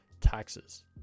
taxes